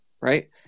right